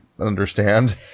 understand